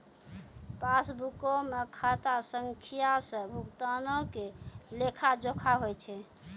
पासबुको मे खाता संख्या से भुगतानो के लेखा जोखा होय छै